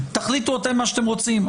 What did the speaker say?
תחליטו אתם מה שאתם רוצים,